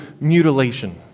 mutilation